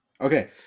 Okay